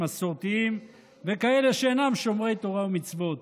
מסורתיים וכאלה שאינם שומרי תורה ומצוות.